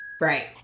Right